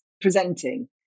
presenting